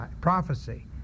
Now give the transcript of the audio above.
prophecy